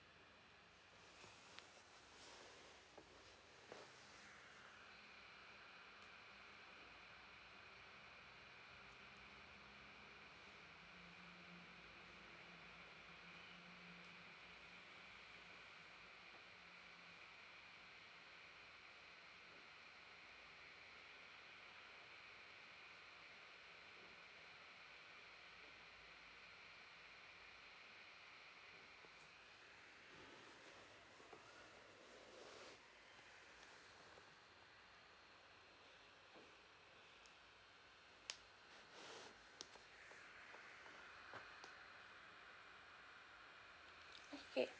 okay